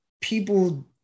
people